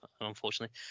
unfortunately